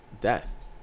death